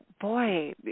boy